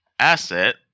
asset